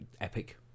Epic